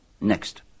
Next